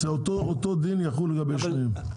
אותו דין יחול לגבי שניהם.